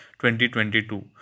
2022